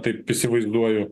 taip įsivaizduoju